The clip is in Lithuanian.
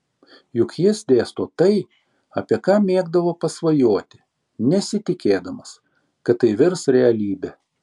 juk jis dėsto tai apie ką mėgdavo pasvajoti nesitikėdamas kad tai virs realybe